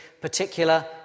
particular